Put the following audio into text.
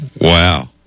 Wow